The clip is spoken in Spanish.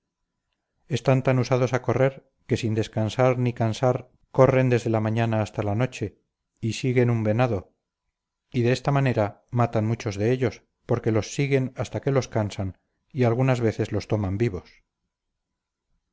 están tan usados a correr que sin descansar ni cansar corren desde la mañana hasta la noche y siguen un venado y de esta manera matan muchos de ellos porque los siguen hasta que los cansan y algunas veces los toman vivos